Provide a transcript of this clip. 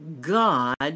God